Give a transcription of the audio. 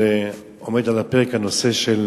עומד על הפרק הנושא של